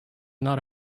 not